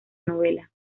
novela